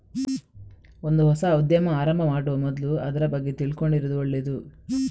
ಒಂದು ಹೊಸ ಉದ್ಯಮ ಆರಂಭ ಮಾಡುವ ಮೊದ್ಲು ಅದ್ರ ಬಗ್ಗೆ ತಿಳ್ಕೊಂಡಿರುದು ಒಳ್ಳೇದು